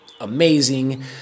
amazing